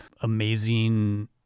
amazing